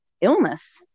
illness